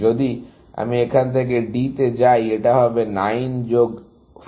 যদি আমি এখান থেকে D তে যাই এটা হবে 9 যোগ 4 13